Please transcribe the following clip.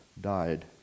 died